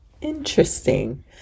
interesting